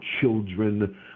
children